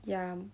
ya